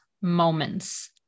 moments